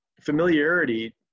familiarity